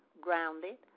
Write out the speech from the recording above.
grounded